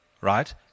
right